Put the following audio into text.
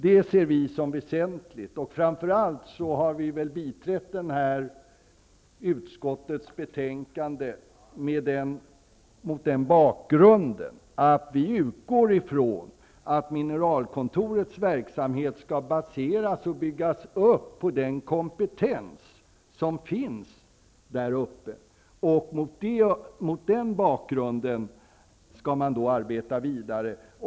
Det ser vi som väsentligt. Vi har framför allt biträtt utskottets betänkande mot den bakgrunden att vi utgår från att mineralkontorets verksamhet skall baseras på och byggas upp på den kompetens som finns där uppe, och därefter skall man arbeta vidare.